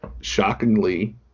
shockingly